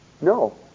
No